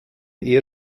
eher